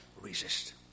resist